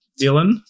Dylan